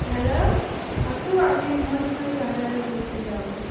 hello কাকু আমি মৌসুমি বাজারে ঘুরতে যাবো